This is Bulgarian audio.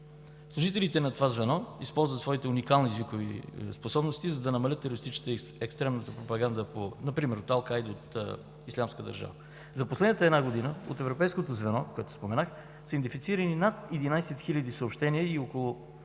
Служителите на звеното използват своите уникални езикови способности, за да намалят терористичната и екстремна пропаганда, например от Ал-Кайда и от „Ислямска държава“. За последната една година от европейското звено, за което споменах, са идентифицирани над 11 хиляди съобщения или около